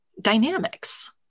dynamics